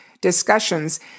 discussions